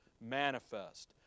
manifest